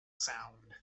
sound